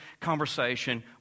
conversation